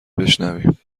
بشنویم